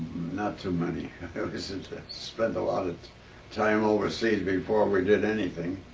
not too many. i spent a lot of time overseas before we did anything.